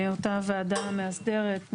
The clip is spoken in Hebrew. אותה ועדה מהסדרת,